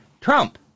Trump